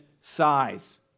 size